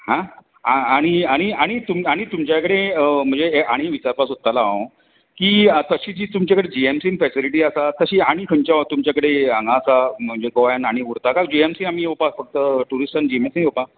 आं आनी आनी आनी तुमच्या कडेन आनी विचारपाक सोदतालो हांव की कशी जी तुमच्या जि एम सीन फेसिलीटी आसा तशीं आनी खंयच्या तुमच्या कडेन ये हांगा आसा म्हणजे गोंयान उरता काय जि एम सीन आमी येवपाक फक्त टुरिस्टांनी जि एम सिन येवपाक जाय